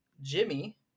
jimmy